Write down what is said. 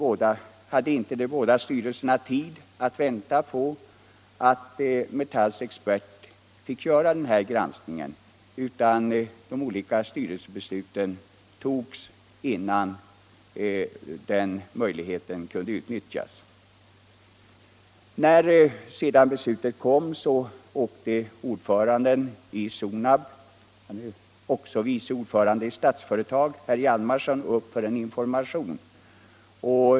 Tyvärr hade inte de båda styrelserna tid att vänta på att Metalls expert fick göra sin granskning utan fattade beslut innan den möjligheten kunde utnyttjas. När sedan beslutet framlades åkte ordföranden i Sonab herr Hjalmarsson — han är också vice ordförande i Statsföretag — upp till Lövånger för att ge information.